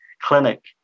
clinic